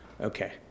Okay